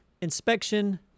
inspection